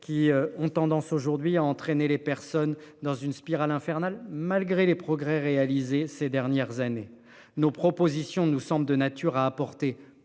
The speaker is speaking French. qui ont tendance aujourd'hui à entraîner les personnes dans une spirale infernale. Malgré les progrès réalisés ces dernières années, nos propositions, nous semble de nature à apporter